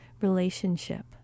relationship